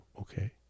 Okay